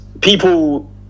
people